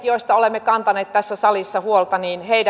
joista olemme kantaneet tässä salissa huolta